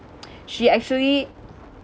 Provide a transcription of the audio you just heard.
she actually